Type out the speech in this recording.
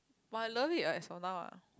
but I love it what as for now ah